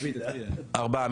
ארבעה.